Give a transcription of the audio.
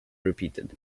repeated